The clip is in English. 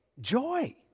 joy